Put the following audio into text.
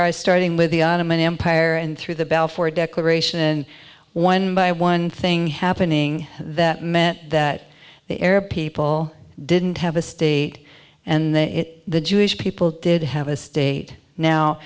are starting with the ottoman empire and through the balfour declaration one by one thing happening that meant that the arab people didn't have a state and the jewish people did have a state now